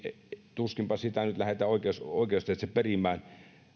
tuskinpa sitä nyt lähdetään oikeusteitse perimään